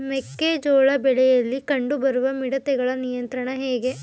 ಮೆಕ್ಕೆ ಜೋಳ ಬೆಳೆಯಲ್ಲಿ ಕಂಡು ಬರುವ ಮಿಡತೆಗಳ ನಿಯಂತ್ರಣ ಹೇಗೆ?